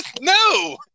No